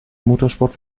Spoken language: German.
motorsport